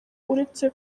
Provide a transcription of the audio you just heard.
uretse